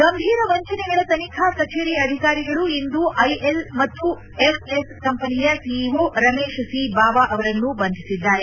ಗಂಭೀರ ವಂಚನೆಗಳ ತನಿಖಾ ಕಚೇರಿ ಅಧಿಕಾರಿಗಳು ಇಂದು ಐಎಲ್ ಎಫ್ಎಸ್ ಕಂಪನಿಯ ಸಿಇಒ ರಮೇಶ್ ಸಿ ಬಾವ ಅವರನ್ನು ಬಂಧಿಸಿದ್ದಾರೆ